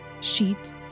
Sheet